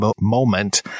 moment